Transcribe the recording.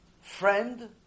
friend